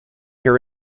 her